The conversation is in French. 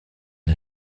une